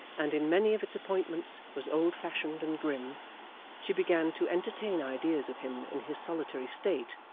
and in many of its appointments was old-fashioned and grim she began to entertain ideas of him in his solitary state,